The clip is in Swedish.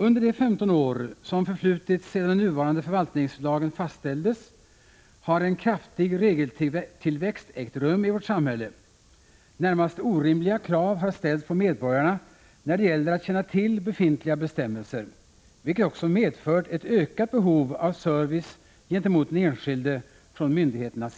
Under de 15 år som förflutit sedan den nuvarande förvaltningslagen fastställdes har en kraftig regeltillväxt ägt rum i vårt samhälle. Närmast orimliga krav har ställts på medborgarna när det gäller att känna till befintliga bestämmelser, vilket också medfört ett ökat behov av service gentemot den enskilde från myndigheterna.